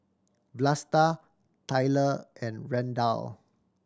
Vlasta Tylor and Randal